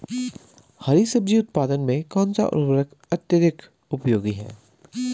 हरी सब्जी उत्पादन में कौन सा उर्वरक अत्यधिक उपयोगी है?